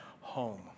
home